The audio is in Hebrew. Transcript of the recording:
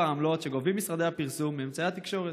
העמלות שגובים משרדי הפרסום מאמצעי התקשורת.